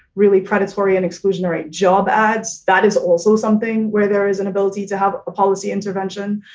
really predatory and exclusionary job ads. that is also something where there is an ability to have a policy intervention.